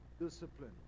discipline